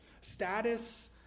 Status